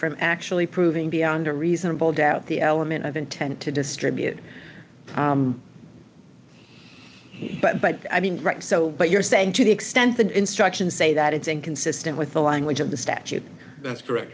from actually proving beyond a reasonable doubt the element of intent to distribute but i mean right so what you're saying to the extent the instructions say that it's inconsistent with the language of the statute that's correct